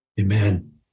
Amen